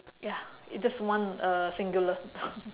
ya it just one uh singular